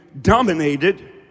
dominated